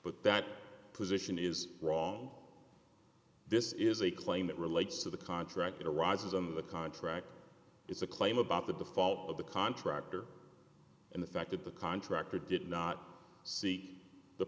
but that position is wrong this is a claim that relates to the contract that arises in the contract it's a claim about the fault of the contractor and the fact that the contractor did not see the